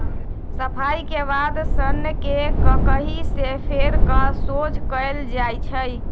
सफाई के बाद सन्न के ककहि से फेर कऽ सोझ कएल जाइ छइ